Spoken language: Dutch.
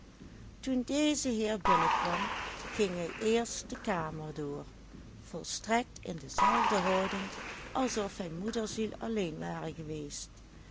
toen deze heer binnenkwam ging hij eerst de kamer door volstrekt in dezelfde houding alsof hij moederziel alleen ware geweest